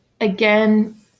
again